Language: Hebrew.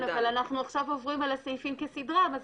אבל אנחנו עכשיו עוברים על הסעיפים כסדרם,